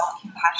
compassion